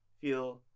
feel